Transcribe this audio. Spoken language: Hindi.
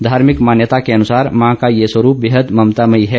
धार्मिक मान्यता के अनुसार मां का ये स्वरुप बेहद ममतामयी है